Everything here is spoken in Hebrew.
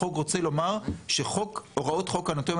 החוק רוצה לומר שהוראות חוק האנטומיה